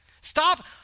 Stop